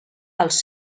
als